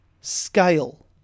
scale